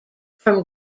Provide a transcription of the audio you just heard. from